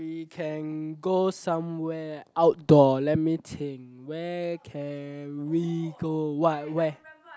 we can go somewhere outdoor let me think where can we go what where